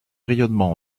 rayonnement